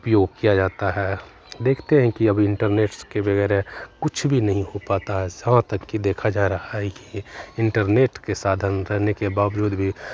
उपयोग किया जाता है देखते हैं कि अभी इन्टरनेट के बगैर कुछ भी नहीं हो पाता है यहाँ तक कि देखा जा रहा है कि इन्टरनेट के साधन रहने के बावजूद भी